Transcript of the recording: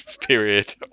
period